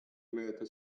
mööda